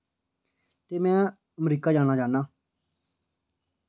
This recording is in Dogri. ते में अमरीका जाना चाह्न्नां